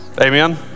amen